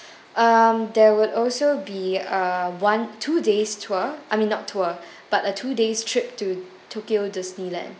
um there will also be a one two days tour I mean not tour but a two days trip to tokyo disneyland